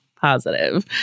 positive